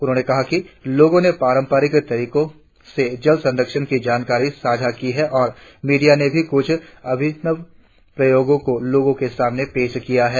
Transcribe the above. उन्होंने कहा कि लोगों ने पारंपरिक तरीकों से जल संरक्षण की जानकारी साझा की है और मीडिया ने भी कुछ अभिनव प्रयोगो को लोगों के सामने पेश किया है